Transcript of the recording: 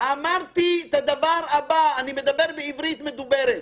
אמרתי את הדבר הבא, אני מדבר בעברית מדוברת.